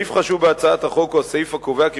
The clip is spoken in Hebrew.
סעיף חשוב בהצעת החוק הוא הסעיף הקובע כי